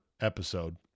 episode